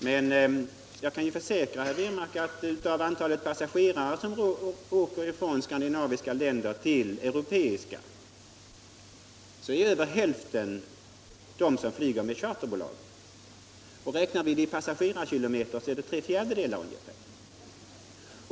Men jag kan försäkra herr Wirmark att av antalet passagerare som reser från skandinaviska länder till europeiska över hälften flyger med charterbolagen, och räknat i passagerarkilometer är det ungefär tre fjärdedelar.